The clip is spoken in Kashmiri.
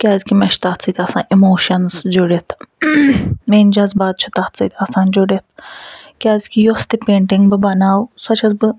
کیٛازِ کہِ مےٚ چھُ تتھ سۭتۍ آسان اِموشنٕز جُڈتھ میٲنۍ جزبات چھِ تتھ سۭتۍ آسان جُڈتھ کیٛازِ کہِ یۄس تہِ پیٚنٹِنٛگ بہٕ بناو سۄ چھَس بہٕ